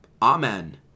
Amen